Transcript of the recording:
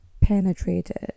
penetrated